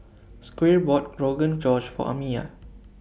Squire bought Rogan Josh For Amiya